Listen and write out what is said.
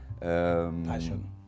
passion